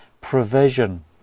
provision